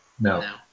No